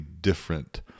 different